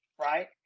right